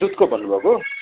दुधको भन्नु भएको